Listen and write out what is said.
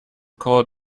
call